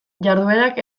jarduerak